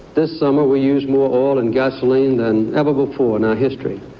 this summer we used more oil and gasoline than ever before in our history.